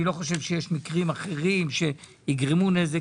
אני לא חושב שיש מקרים אחרים שיגרמו נזק.